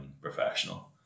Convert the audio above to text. professional